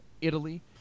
Italy